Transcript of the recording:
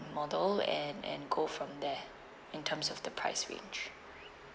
model and and go from there in terms of the price range